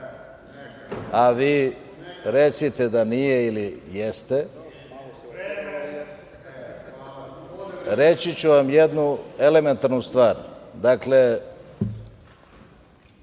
a vi recite da nije ili jeste, reći ću vam jednu elementarnu stvar. Dakle,